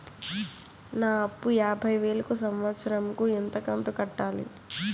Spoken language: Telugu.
నా అప్పు యాభై వేలు కు సంవత్సరం కు ఎంత కంతు కట్టాలి?